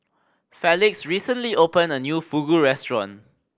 Felix recently opened a new Fugu Restaurant